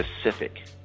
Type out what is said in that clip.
specific